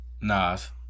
Nas